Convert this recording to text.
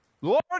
Lord